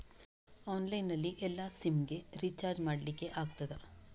Online ನಲ್ಲಿ ಎಲ್ಲಾ SIM ಗೆ ರಿಚಾರ್ಜ್ ಮಾಡಲಿಕ್ಕೆ ಆಗ್ತದಾ?